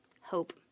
hope